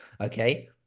okay